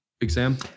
exam